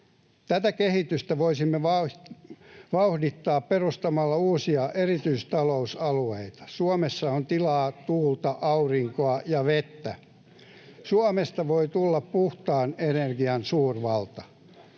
Tätä kehitystä voisimme vauhdittaa perustamalla uusia erityistalousalueita. Suomessa on tilaa, tuulta, aurinkoa ja vettä. Suomesta voi tulla puhtaan energian suurvalta.